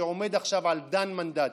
שעומד עכשיו על ד"ן מנדטים.